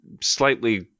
slightly